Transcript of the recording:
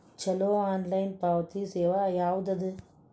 ಛಲೋ ಆನ್ಲೈನ್ ಪಾವತಿ ಸೇವಾ ಯಾವ್ದದ?